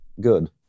good